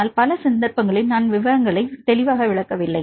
ஆனால் பல சந்தர்ப்பங்களில் நான் விவரங்களை விளக்கவில்லை